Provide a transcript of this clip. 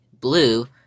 blue